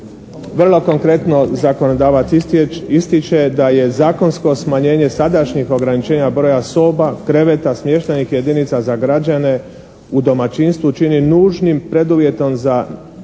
Vrlo konkretno. Zakonodavac ističe da je zakonsko smanjenje sadašnjih ograničenja brojeva soba, kreveta, smještajnih jedinica za građane u domaćinstvu čini nužnim preduvjetom za navedeno